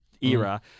era